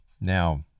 Now